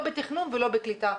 לא בתכנון ולא בקליטה,